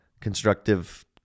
constructive